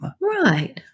Right